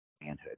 manhood